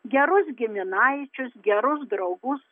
gerus giminaičius gerus draugus